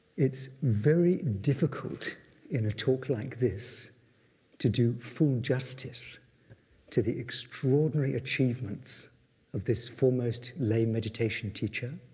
it's very difficult in a talk like this to do full justice to the extraordinary achievements of this foremost lay meditation teacher,